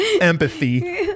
empathy